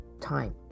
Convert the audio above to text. time